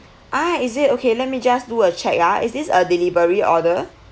ah it is okay let me just do a check ah is this a delivery order